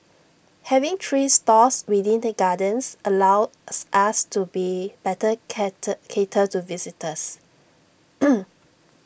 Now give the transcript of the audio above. having three stores within the gardens allows us to be better cater to visitors